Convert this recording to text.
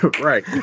Right